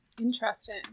Interesting